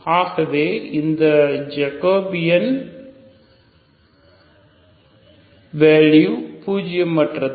ஆகவே இந்த Jacobian value பூஜியமற்றது